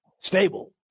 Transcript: stable